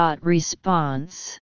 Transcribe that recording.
Response